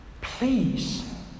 please